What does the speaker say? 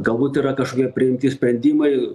galbūt yra kažkokie priimti sprendimai